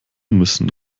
müssen